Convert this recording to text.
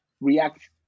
react